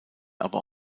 aber